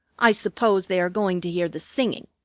i suppose they are going to hear the singing.